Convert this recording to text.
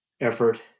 effort